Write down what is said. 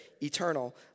eternal